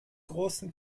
großen